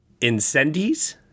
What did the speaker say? Incendies